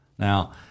Now